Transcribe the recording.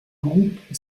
groupe